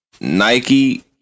Nike